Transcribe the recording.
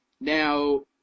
Now